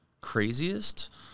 Craziest